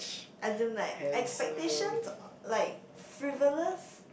as in like expectations like frivolous